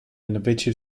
invece